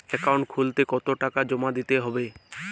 Account খুলতে কতো টাকা জমা দিতে হবে?